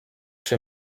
czy